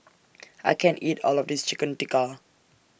I can't eat All of This Chicken Tikka